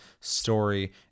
story